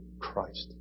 Christ